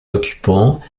occupants